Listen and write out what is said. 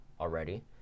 already